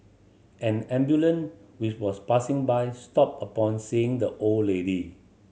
an ambulance which was passing by stopped upon seeing the old lady